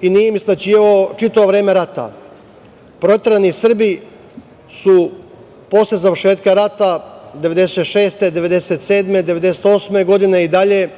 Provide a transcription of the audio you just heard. i nije im isplaćivao čitavo vreme rata. Proterani Srbi su posle završetka rata 1996, 1997, 1998. godine i dalje